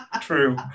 true